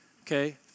okay